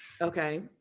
Okay